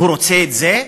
הוא רוצה את זה?